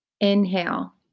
inhale